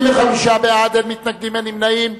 25 בעד, אין מתנגדים, אין נמנעים.